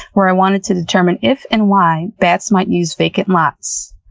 where i wanted to determine if and why bats might use vacant lots.